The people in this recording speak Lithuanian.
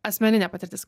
asmeninė patirtis